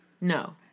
No